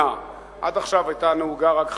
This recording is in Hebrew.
עד עכשיו היתה נהוגה רק חכירה,